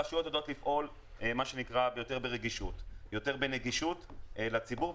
הרשויות יודעות לפעול ברגישות ובנגישות לציבור.